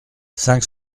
cinq